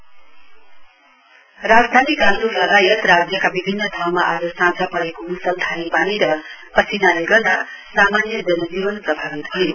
weather राजधनी गान्तोक लगायत राज्यका विभिन्न ठाउँमा आज साँझ परेको मुसलधारे पानी र असिनाले गर्दा सामान्य जनजीवन प्रभावित भयो